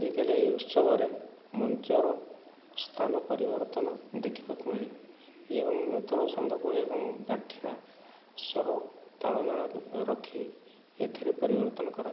ଆଜିକାଲି ଏହି ଉତ୍ସବରେ ମଞ୍ଚର ସ୍ଥାନ ପରିବର୍ତ୍ତନ ଦେଖିବାକୁ ମିଳେ ଏବଂ ନୂତନ ସନ୍ଦର୍ଭ ଏବଂ ବ୍ୟାଖ୍ୟା ସହ ତାଳମେଳ ରଖି ଏଥିରେ ପରିବର୍ତ୍ତନ କରାଯାଏ